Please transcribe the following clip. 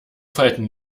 falten